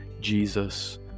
Jesus